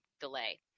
delay